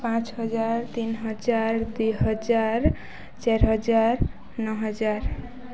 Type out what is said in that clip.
ପାଞ୍ଚ ହଜାର ତିନି ହଜାର ଦୁଇ ହଜାର ଚାରି ହଜାର ନଅ ହଜାର